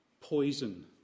poison